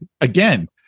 again